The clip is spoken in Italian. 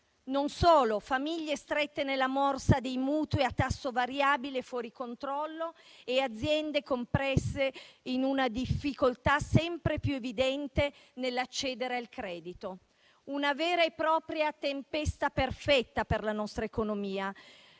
Non solo; famiglie strette nella morsa dei mutui a tasso variabile e fuori controllo e aziende compresse in una difficoltà sempre più evidente nell'accedere al credito. Una vera e propria tempesta perfetta per la nostra economia.